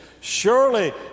Surely